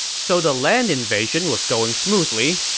so the land invasion was going smoothly.